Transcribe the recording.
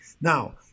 Now